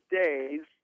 days